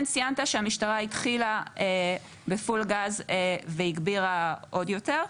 כן ציינת שמשטרה התחילה בפול גז והגבירה עוד יותר.